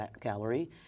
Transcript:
Gallery